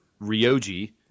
Ryoji